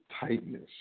tightness